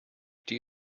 die